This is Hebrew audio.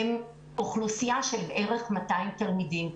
והם אוכלוסייה של בערך 200 תלמידים.